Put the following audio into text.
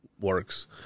works